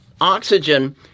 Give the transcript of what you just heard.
oxygen